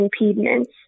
impediments